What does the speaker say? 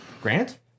Grant